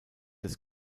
des